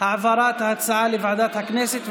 העברת ההצעה לוועדת הכנסת,